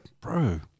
bro